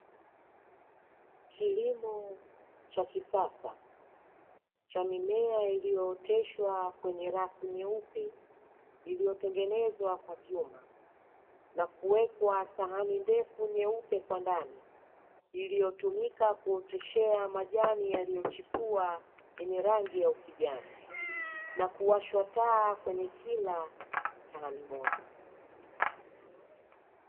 Kilimo cha kisasa cha mimea iliyooteshwa kwenye rafu nyeupe iliyotengenezwa kwa vyuma na kuwekwa sahani ndefu nyeupe kwa ndani, iliyotumika kuoteshea majani yaliyochipua yenye rangi ya ukijani na kuwashwa taa kwenye kila sahani moja.